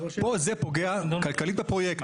יתחשבו בזכויותיו,